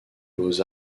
beaux